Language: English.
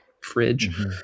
fridge